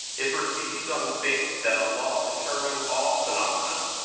it proceeds on the faith that a law determines all phenomena,